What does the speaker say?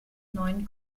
neuen